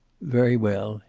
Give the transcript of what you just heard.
very well,